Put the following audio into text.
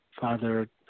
Father